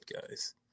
guys